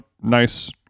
nice